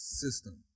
system